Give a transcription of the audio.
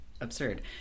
absurd